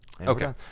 Okay